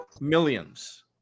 millions